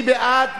מי בעד?